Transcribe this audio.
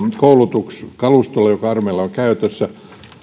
koulutus kalustoon joka armeijalla on käytössä